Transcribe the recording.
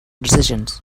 decisions